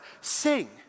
sing